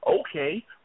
okay